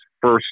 first